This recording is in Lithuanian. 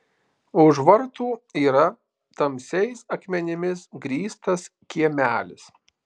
už vartų yra tamsiais akmenimis grįstas kiemelis